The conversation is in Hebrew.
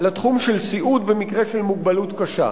לתחום של סיעוד במקרה של מוגבלות קשה,